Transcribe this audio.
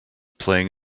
playing